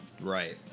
Right